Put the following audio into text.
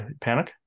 panic